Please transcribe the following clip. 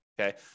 okay